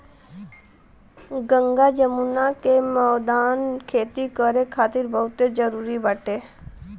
गंगा जमुना के मौदान खेती करे खातिर बहुते उपजाऊ बाटे